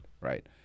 right